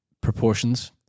proportions